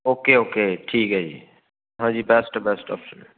okay okay ਠੀਕ ਹੈ ਜੀ ਹਾਂਜੀ ਬੈਸਟ ਬੈਸਟ ਆਪਸ਼ਨ